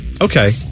Okay